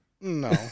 No